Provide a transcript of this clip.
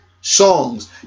songs